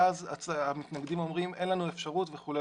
ואז המתנגדים אומרים שאין להם אפשרות וכו',